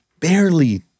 barely